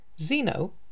Zeno